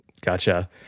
Gotcha